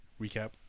recap